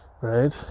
right